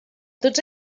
tots